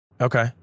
Okay